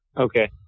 Okay